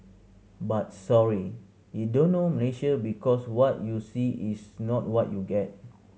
but sorry you don't know Malaysia because what you see is not what you get